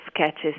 sketches